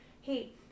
hey